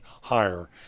higher